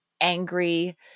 angry